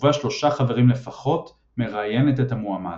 ובה שלושה חברים לפחות מראיינת את המועמד.